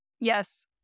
yes